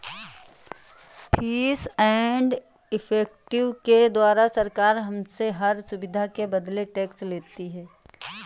fees and effective के द्वारा सरकार हमसे हर सुविधा के बदले टैक्स लेती है